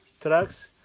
trucks